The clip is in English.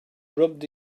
rubbed